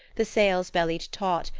the sails bellied taut,